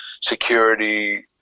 security